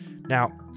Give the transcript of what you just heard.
Now